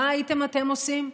מה הייתם אתם עושים?